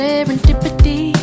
Serendipity